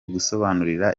gusobanurira